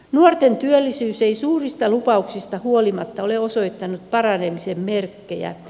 nuorten työllisyys ei suurista lupauksista huolimatta ole osoittanut paranemisen merkkejä